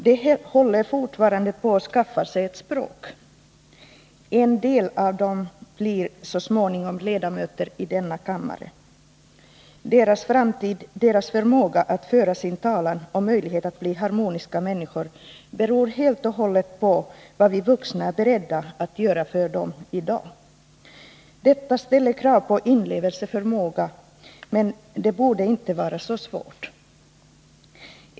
De håller fortfarande på och skaffar sig ett språk. En del av dem blir så småningom ledamöter i denna kammare. Deras framtid, deras förmåga att föra sin talan och möjlighet att bli harmoniska människor beror helt och hållet på vad vi vuxna är beredda att göra för dem i dag. Detta ställer krav på inlevelseförmåga, men det borde inte vara så svårt.